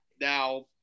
Now